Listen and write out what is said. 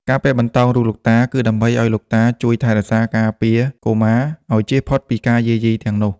ការពាក់បន្តោងរូបលោកតា គឺដើម្បីឱ្យលោកតាជួយថែរក្សា ការពារកុមារឱ្យជៀសផុតពីការយាយីទាំងនោះ។